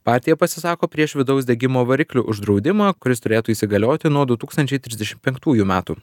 partija pasisako prieš vidaus degimo variklių uždraudimą kuris turėtų įsigalioti nuo du tūkstančiai trisdešim penktųjų metų